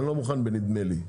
אני לא מוכן בנדמה לי.